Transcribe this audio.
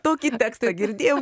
tokį tekstą girdėjau